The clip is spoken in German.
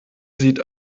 sieht